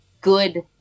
good